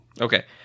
Okay